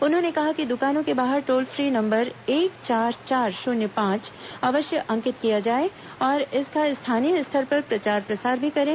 उन्होंने कहा कि दुकानों के बाहर टोल फ्री नंबर एक चार चार शून्य पांच अवश्य अंकित किया जाए और इसका स्थानीय स्तर पर चार प्रसार भी करें